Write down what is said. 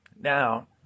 Now